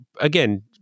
Again